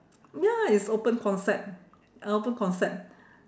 ya it's open concept open concept